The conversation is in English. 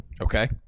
Okay